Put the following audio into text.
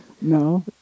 no